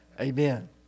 Amen